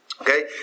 Okay